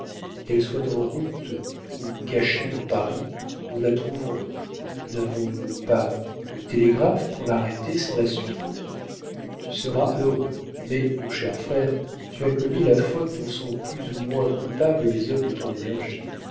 qu'elle soit en route ou cachée dans paris nous la trouverons n'avons-nous pas le télégraphe pour l'arrêter sans la suivre tu seras heureux mais mon cher frère tu as commis la faute dont sont plus ou moins coupables les hommes de ton énergie